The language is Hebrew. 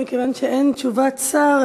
ומכיוון שאין תשובת שר,